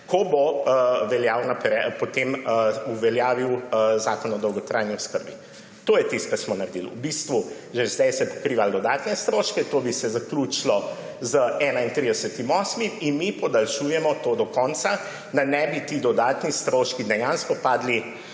ko bo veljal potem zakon o dolgotrajni oskrbi. To je tisto, kar smo naredili. V bistvu so se že zdaj pokrivali ti dodatni stroški, to bi se zaključilo z 31. 8., mi pa podaljšujemo to do konca, da ne bi ti dodatni stroški dejansko padli